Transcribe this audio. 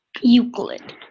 Euclid